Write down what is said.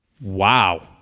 wow